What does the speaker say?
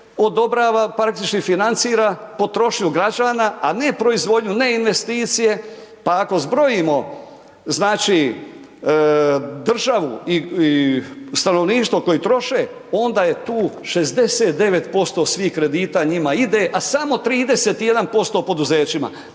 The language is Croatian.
odobrava praktički financira potrošnju građana, a ne proizvodnju, ne investicije. Pa ako zbrojimo državu i stanovništvo koji troše onda je tu 69% svih kredita njima ide, a samo 31% poduzećima.